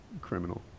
criminal